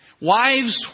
Wives